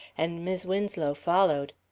and mis' winslow followed.